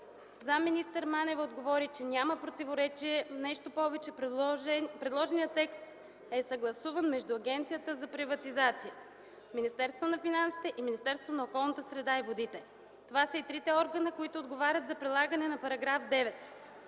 Манева отговори, че няма противоречие, нещо повече, предложеният текст е съгласуван между Агенцията за приватизация, Министерството на финансите и Министерството на околната среда и водите. Това са и трите органа, които отговарят за прилагане на § 9.